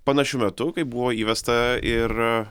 panašiu metu kai buvo įvesta ir